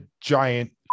giant